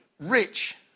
rich